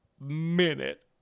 minute